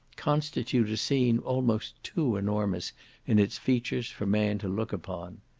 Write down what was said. constitute a scene almost too enormous in its features for man to look upon.